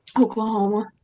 Oklahoma